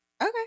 Okay